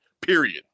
period